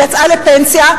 יצאה לפנסיה.